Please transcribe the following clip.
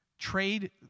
trade